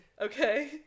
Okay